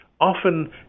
often